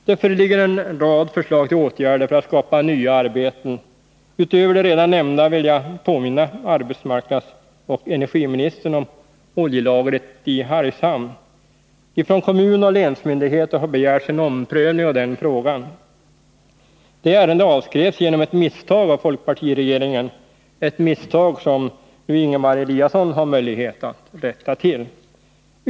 Det föreligger en rad förslag till åtgärder för att skapa nya arbeten. Utöver de redan nämnda vill jag påminna arbetsmarknadsoch energiministern om oljelagret i Hargshamn. Från kommunen och länsmyndigheten har begärts en omprövning av den frågan. Ärendet avskrevs genom ett misstag av folkpartiregeringen — ett misstag som Ingemar Eliasson nu har möjlighet att rätta till.